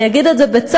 אני אגיד את זה בצער,